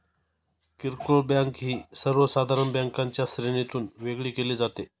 किरकोळ बँक ही सर्वसाधारण बँकांच्या श्रेणीतून वेगळी केली जाते